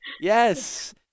Yes